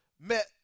met